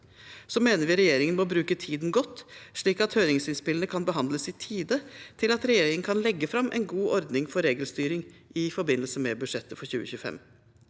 Så mener vi regjeringen må bruke tiden godt, slik at høringsinnspillene kan behandles i tide til at regjeringen kan legge fram en god ordning for regelstyring i forbindelse med budsjettet for 2025.